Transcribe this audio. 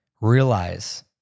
realize